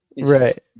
right